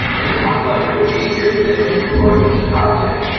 and it's my pleasure to be here today with regard to this project.